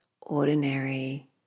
ordinary